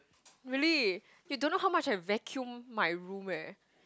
really you don't know how much I vacuum my room eh